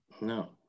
No